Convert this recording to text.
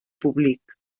públic